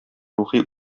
рухи